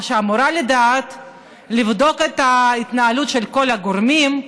או שאמורה לדעת, לבדוק את ההתנהלות של כל הגורמים,